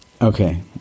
okay